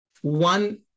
one